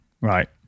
right